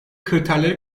kriterleri